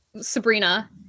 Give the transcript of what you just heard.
sabrina